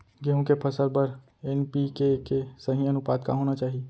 गेहूँ के फसल बर एन.पी.के के सही अनुपात का होना चाही?